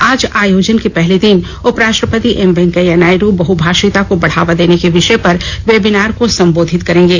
आज आयोजन के पहले दिन उपराष्ट्रपति एम वेंकैया नायड़ बहभाषिता को बढ़ावा देने के विषय पर वेबिनार को संबोधित करेंगे